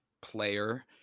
player